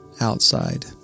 outside